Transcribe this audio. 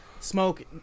smoke